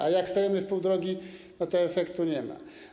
A jak stajemy w pół drogi, to efektu nie ma.